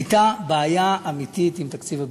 הייתה בעיה אמיתית עם תקציב הביטחון.